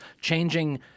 changing